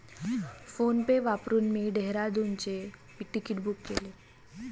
PhonePe वापरून मी डेहराडूनचे तिकीट बुक केले